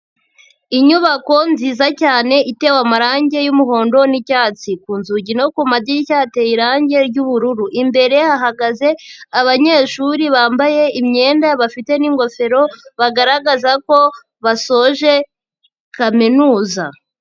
Inyubako nziza cyane itewe amarangi y'umuhondo n'icyatsi. Ku nzugi no ku madirishya hateye irangi ry'ubururu. Imbere hahagaze abanyeshuri bambaye imyenda bafite n'ingofero, bagaragaza ko basoje kaminuza.